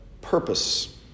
purpose